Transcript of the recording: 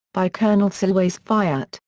by colonel selway's fiat,